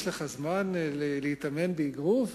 יש לך זמן להתאמן באגרוף,